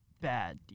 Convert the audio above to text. bad